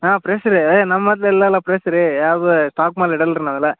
ಹಾಂ ಫ್ರೆಶ್ ರೀ ಏ ನಮ್ಮದೆಲ್ಲ ಅಲ್ಲ ಫ್ರೆಶ್ ರೀ ಯಾವುದೇ ಸ್ಟಾಕ್ ಮಾಲು ಇಡಲ್ಲ ರೀ ನಾವೆಲ್ಲ